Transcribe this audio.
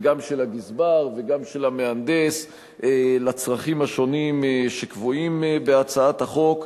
וגם של הגזבר וגם של המהנדס לצרכים השונים שקבועים בהצעת החוק.